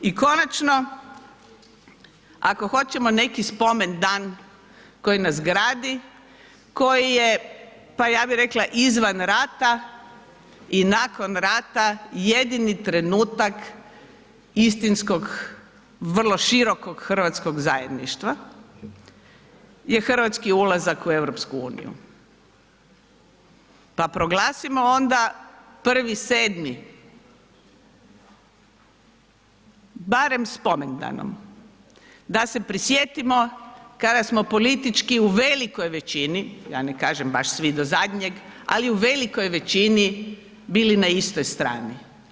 I konačno, ako hoćemo neki spomendan koji nas gradi, koji je, pa ja bih rekla izvan rata i nakon rata jedini trenutak istinskog vrlo širokog hrvatskog zajedništva je hrvatski ulazak u EU pa proglasimo onda 1.7. barem spomendanom da se prisjetimo kada smo politički u velikoj većini, ja ne kažem baš svi do zadnjeg, ali u velikoj većini bili na istoj strani.